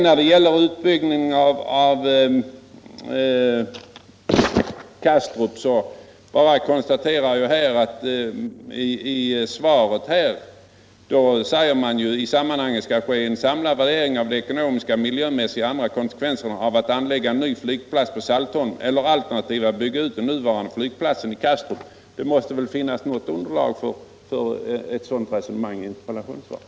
När det gäller utbyggnad av Kastrup konstaterar jag bara att kommunikationsministern sade i interpellationssvaret: ”I sammanhanget skall ske en samlad värdering av de ekonomiska, miljömässiga och andra konsekvenserna av att anlägga en ny flygplats på Saltholm eller alternativt att bygga ut den nuvarande flygplatsen i Kastrup.” Det måste väl finnas något underlag för ett sådant resonemang i interpellationssvaret.